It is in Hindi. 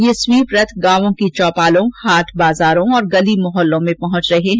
ये स्वीप रथ गांवों की चौपालों हाट बाजारों और गली मोहल्लों में पहुंच रहे हैं